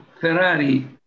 Ferrari